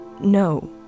No